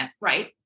right